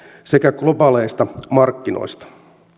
sekä globaaleista markkinoista